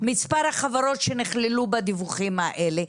ומה מספר החברות שנכללו בדיווחים האלה?